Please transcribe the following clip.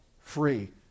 free